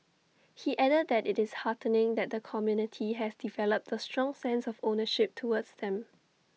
he added that IT is heartening that the community has developed A strong sense of ownership towards them